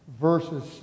Verses